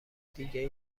دیگه